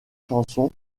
chansons